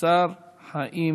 השר חיים